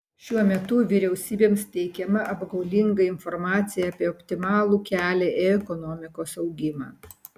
šiuo metu vyriausybėms teikiama apgaulinga informacija apie optimalų kelią į ekonomikos augimą